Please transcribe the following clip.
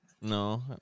No